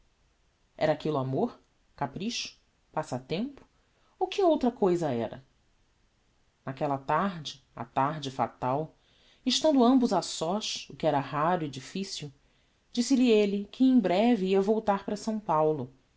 era aquillo amor capricho passatempo ou que outra cousa era naquella tarde a tarde fatal estando ambos a sós o que era raro e difficil disse-lhe elle que em breve ia voltar para s paulo